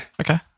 Okay